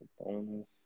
Bonus